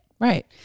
Right